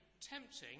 tempting